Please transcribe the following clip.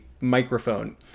microphone